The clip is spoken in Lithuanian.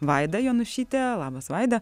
vaida jonušyte labas vaida